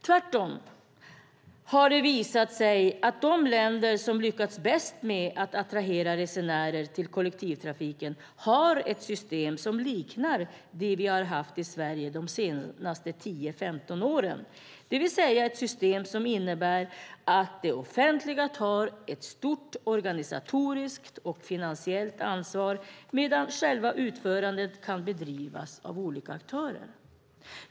Tvärtom har det visat sig att de länder som lyckats bäst med att attrahera resenärer till kollektivtrafiken har ett system som liknar det vi har haft i Sverige de senaste 10-15 åren, det vill säga ett system som innebär att det offentliga tar ett stort organisatoriskt och finansiellt ansvar medan själva utförandet kan bedrivas av olika aktörer.